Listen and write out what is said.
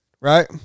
right